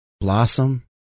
Blossom